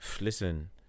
listen